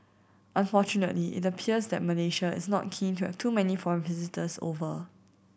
unfortunately it appears that Malaysia is not keen to have too many foreign visitors over